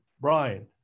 Brian